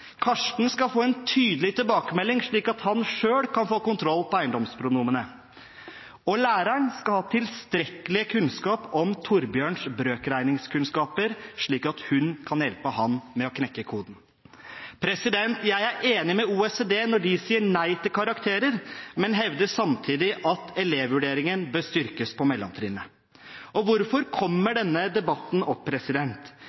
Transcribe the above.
Karsten skal få en tydelig tilbakemelding, slik at han selv kan få kontroll på eiendomspronomenene, og læreren skal ha tilstrekkelig kunnskap om Thorbjørns brøkregningskunnskaper, slik at hun kan hjelpe ham med å knekke koden. Jeg er enig med OECD når de sier nei til karakterer, men vil samtidig hevde at elevvurderingen bør styrkes på mellomtrinnet. Hvorfor kommer